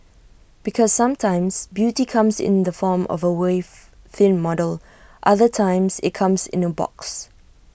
because sometimes beauty comes in the form of A waif thin model other times IT comes in A box